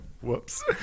Whoops